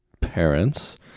Parents